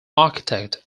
architect